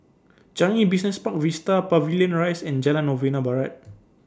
Changi Business Park Vista Pavilion Rise and Jalan Novena Barat